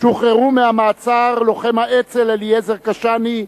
שוחרר מהמעצר לוחם האצ"ל אליעזר קשאני,